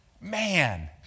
man